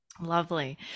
Lovely